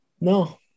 No